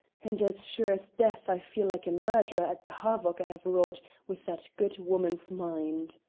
and as sure as death i feel like a murderer at the havoc i have wrought with that good woman's mind!